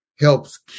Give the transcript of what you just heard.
helps